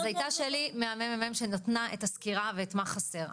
אז הייתה שלי מהממ"מ שנתנה את הסקירה ואת מה חסר.